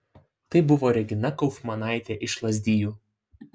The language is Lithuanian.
tai buvo regina kaufmanaitė iš lazdijų